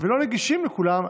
ולא נגישים לכולם,